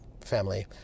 family